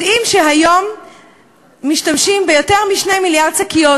יודעים שהיום משתמשים ביותר מ-2 מיליארד שקיות,